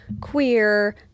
queer